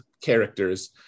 characters